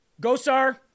Gosar